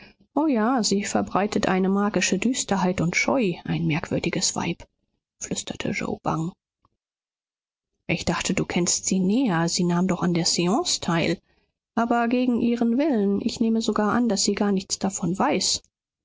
o ja sie verbreitet eine magische düsterheit und scheu ein merkwürdiges weib flüsterte yoe bang ich dachte du kenntest sie näher sie nahm doch an der seance teil aber gegen ihren willen ich nehme sogar an daß sie gar nichts davon weiß